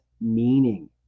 meaning